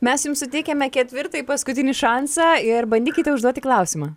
mes jums suteikiame ketvirtąjį paskutinį šansą ir bandykite užduoti klausimą